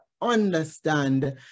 understand